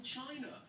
China